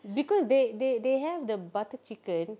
because they they they have the butter chicken